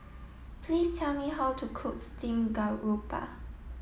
please tell me how to cook Steamed Garoupa